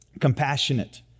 compassionate